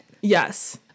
Yes